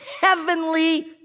heavenly